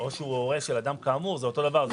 "או שהוא הורה של אדם כאמור" זה אותו דבר.